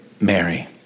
Mary